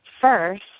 First